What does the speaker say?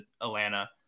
Atlanta